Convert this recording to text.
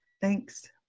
Thanks